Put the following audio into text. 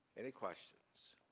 any questions?